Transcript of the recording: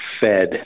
fed